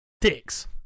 Dicks